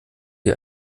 sie